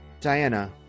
Diana